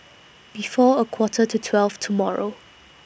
before A Quarter to twelve tomorrow